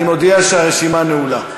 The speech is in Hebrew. אני מודיע שהרשימה נעולה.